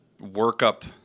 workup